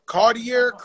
Cartier